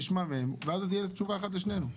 נשמע מהם ואז תהיה תשובה אחת לשנינו.